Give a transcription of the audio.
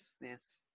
yes